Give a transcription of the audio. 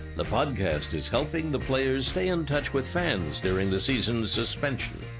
the podcast is helping the players stay in touch with fans during the season suspension.